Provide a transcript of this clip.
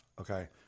Okay